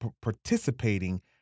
participating